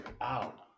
out